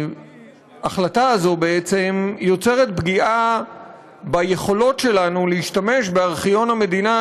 ההחלטה הזאת יוצרת פגיעה ביכולת שלנו להשתמש בארכיון המדינה,